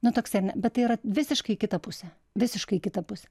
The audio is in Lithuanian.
nu toks ar ne bet tai yra visiškai į kitą pusę visiškai į kitą pusę